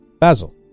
Basil